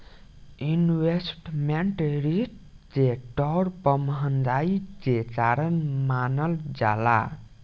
investment risk के तौर पर महंगाई के कारण मानल जाला